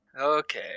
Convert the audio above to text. Okay